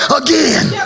again